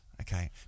okay